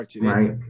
right